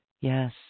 Yes